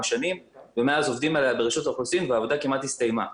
שנים ומאז עובדים עליה ברשות האוכלוסין והעבודה כמעט הסתיימה.